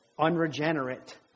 unregenerate